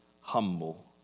humble